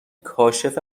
کاشف